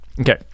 Okay